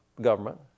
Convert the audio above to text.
government